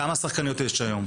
כמה שחקניות יש היום?